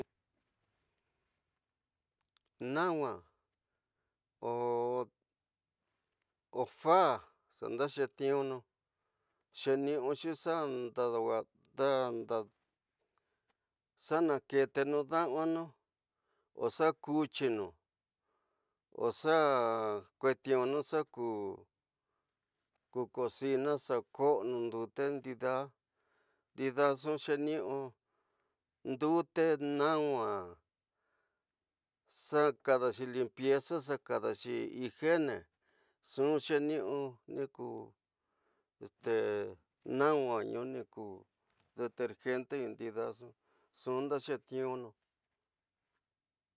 Nanwa, o fa xa ndetexetunu xeniuxi xa ndadawaxa xa naketenu ña xanuanu o xa kotyinu oxa koetinu xahu ko kosiña xakosonu ñndete ñndida ñndida ñxu xeniu ñndetinu ñnuwa, xakadaxi limpieza, kadaxi ña feiene ñxu xeniu ñi te este ñanuwa ññu ñku detergente ñndida ñxu nxu ñxeti'unu.